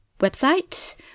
website